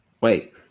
Wait